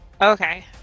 Okay